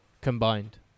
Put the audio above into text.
combined